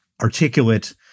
articulate